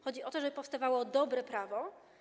Chodzi o to, żeby powstawało dobre prawo.